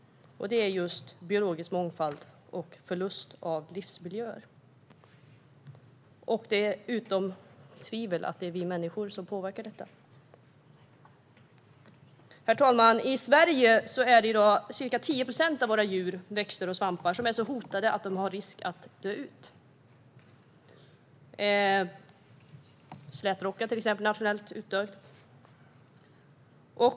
Det är just biologisk mångfald och förlust av livsmiljöer. Det står utom tvivel att det är vi människor som påverkar detta. Herr talman! I Sverige är i dag ca 10 procent av våra djur, växter och svampar så hotade att de löper risk att dö ut. Slätrockan är till exempel nationellt utdöd.